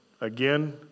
Again